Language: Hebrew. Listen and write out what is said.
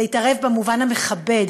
להתערב במובן המכבד,